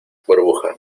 burbuja